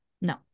No